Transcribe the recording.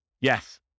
Yes